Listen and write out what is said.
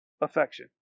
affection